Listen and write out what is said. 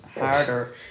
harder